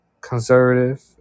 conservative